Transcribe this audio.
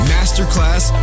Masterclass